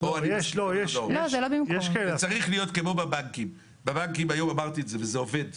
זה צריך להיות כמו בבנקים, ושם זה עובד,